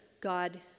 God